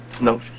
No